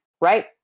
right